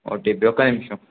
OTP ఒక్క నిమిషం